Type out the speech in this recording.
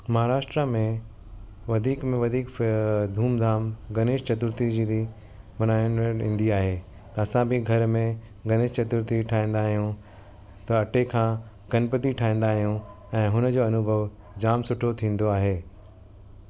महाराष्ट्रा में वधीक में वधीक धूमधाम गणेश चतुर्थी जे ॾींहुं मल्हाइण में वेंदी आहे त असां बि घर में गणेश चतुर्थी ठाहींदा आहियूं त अटे खां गणपति ठाहींदा आहियूं ऐं हुन जो अनुभव जाम सुठो थींदो आहे